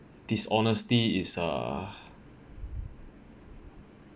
dishonesty is err